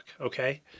okay